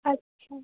আচ্ছা